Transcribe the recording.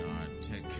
articulate